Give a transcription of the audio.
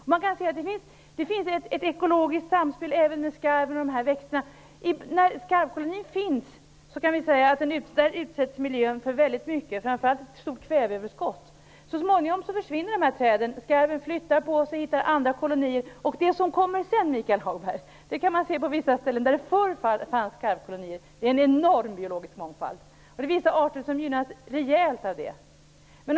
Det finns även ett ekologiskt samspel mellan skarven och växterna. Där skarvkolonin finns utsätts miljön för väldigt mycket, framför allt ett stort kväveöverskott. Så småningom försvinner träden, och skarven flyttar på sig och hittar andra kolonier. Det som kommer sedan - Michael Hagberg - kan man se på vissa ställen där det förut fanns skarvkolonier: en enorm biologisk mångfald. Det är vissa arter som gynnas rejält av detta.